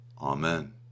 Amen